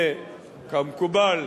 כמקובל,